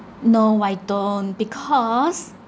no I don't because